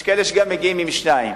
יש כאלה שמגיעים עם שניים.